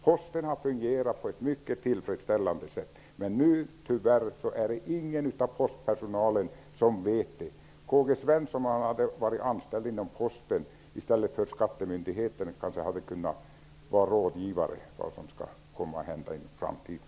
Posten har fungerat på ett mycket tillfredsställande sätt, men det vet tyvärr ingen bland personalen nu. Om K-G Svenson hade varit anställd inom Posten i stället för inom skattemyndigheten hade han kanske kunnat vara rådgivare och sagt vad som skall komma att hända i framtiden.